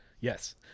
yes